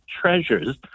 treasures